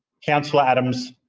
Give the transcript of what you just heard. councillor adams,